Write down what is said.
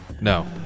no